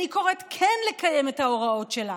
אני קוראת כן לקיים את ההוראות שלה.